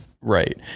Right